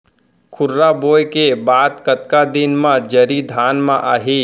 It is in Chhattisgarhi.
खुर्रा बोए के बाद कतका दिन म जरी धान म आही?